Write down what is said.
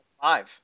five